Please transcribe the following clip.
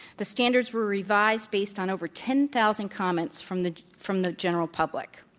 the standards were revised based on over ten thousand comments from the from the general public.